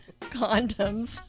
Condoms